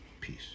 Peace